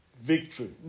Victory